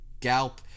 Galp